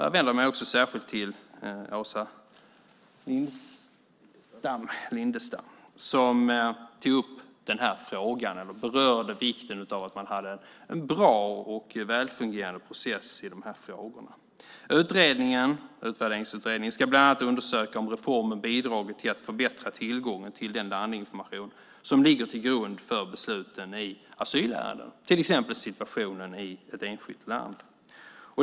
Jag vänder mig också särskilt till Åsa Lindestam som berörde vikten av att ha en bra och väl fungerande process i de här frågorna. Utvärderingsutredningen ska bland annat undersöka om reformen har bidragit till att förbättra tillgången till den landinformation som ligger till grund för besluten i asylärenden, till exempel situationen i ett enskilt land.